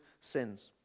sins